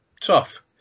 tough